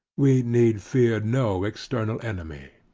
we need fear no external enemy.